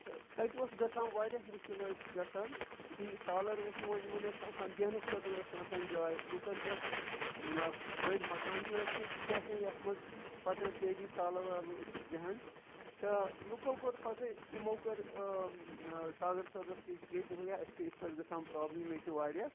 تہٕ تَتہِ اوس گژھان واریاہ مُشکِل ٲسۍ گژھان یُتھُے سالَر ٲسۍ یِوان یِمَن ٲسۍ نہٕ آسان بیٚہنَس خٲطرٕ ٲسۍ نہٕ آسان جاے لُکَن ٲسۍ مطلب بٔڑۍ مکان تہِ ٲسۍ نہٕ تیٖتیٛاہ کینٛہہ یَتھ منٛز پَتہٕ ٲسۍ سٲری سالَر بیٚہان تہٕ لُکو کوٚر پَتہٕ یِمو کٔر ساگر صٲبَس نِش گٔے دوٚپُکھ یا اَسہِ چھِ یِتھ پٲٹھۍ گژھان پرٛابلِم ییٚتہِ واریاہ